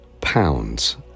pounds